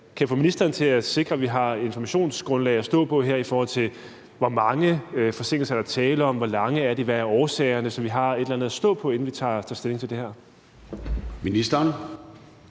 kan få ministeren til at sikre, at vi her har et informationsgrundlag at stå på, i forhold til hvor mange forsinkelser der er tale om, hvor langvarige de er, og hvad der er årsagerne, så vi altså har et eller andet at stå på, inden vi tager stilling til det her. Kl.